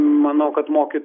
manau kad mokyto